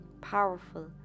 powerful